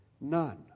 None